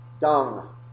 dung